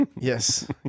Yes